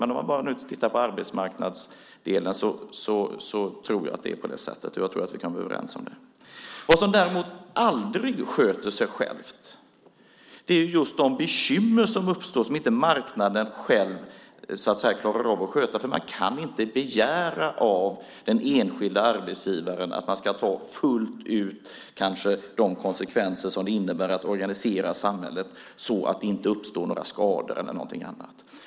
Men om man bara tittar på arbetsmarknadsdelen tror jag att det är på det sättet, och jag tror att vi kan vara överens om det. Vad som däremot aldrig sköter sig självt är just de bekymmer som uppstår och som inte marknaden själv klarar av att sköta. Man kan nämligen inte begära att den enskilda arbetsgivaren fullt ut ska ta konsekvenserna av vad det innebär att organisera samhället så att det inte uppstår några skador och så vidare.